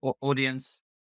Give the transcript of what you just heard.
audience